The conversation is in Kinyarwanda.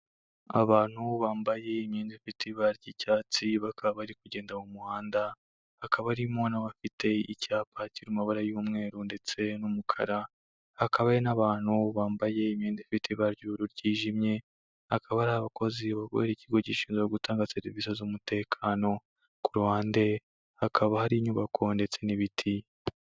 Abantu bambaye imyenda ifite ibara ry'icyatsi, bakaba bari kugenda mu muhanda, hakaba harimo n'abafite icyapa kiri mu mabara y'umweru ndetse n'umukara, hakaba n'abantu bambaye imyenda ifite ibara ryijimye, akaba ari abakozi bakorera ikigo gishinzwe gutanga serivisi z'umutekano, ku ruhande hakaba hari inyubako ndetse n'ibiti.